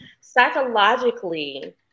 psychologically